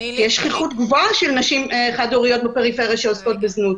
כי יש שכיחות גבוהה של נשים חד-הוריות בפריפריה שעוסקות בזנות.